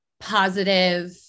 positive